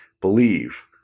Believe